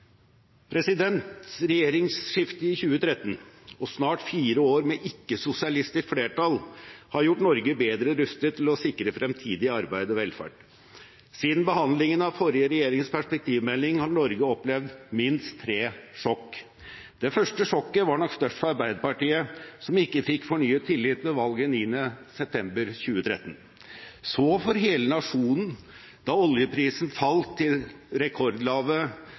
Regjeringsskiftet i 2013 og snart fire år med «ikke-sosialistisk» flertall har gjort Norge bedre rustet til å sikre fremtidig arbeid og velferd. Siden behandlingen av forrige regjerings perspektivmelding har Norge opplevd minst tre sjokk. Det første sjokket var nok størst for Arbeiderpartiet, som ikke fikk fornyet tillit ved valget 9. september 2013, så for hele nasjonen da oljeprisen falt til rekordlave